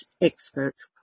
experts